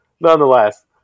Nonetheless